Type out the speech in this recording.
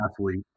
athlete